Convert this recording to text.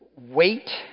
wait